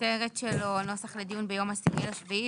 שהכותרת שלו היא "נוסח לדיון ביום ה-10 ביולי,